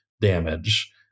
damage